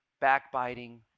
backbiting